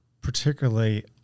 particularly